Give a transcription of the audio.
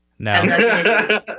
No